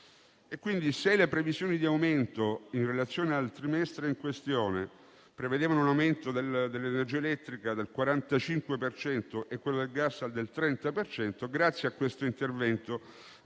Se le previsioni di aumento in relazione al trimestre in questione prevedevano un aumento dell'energia elettrica del 45 per cento e quello del gas del 30 per cento, grazie a questo intervento